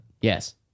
Yes